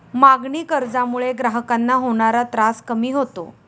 मागणी कर्जामुळे ग्राहकांना होणारा त्रास कमी होतो